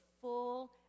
full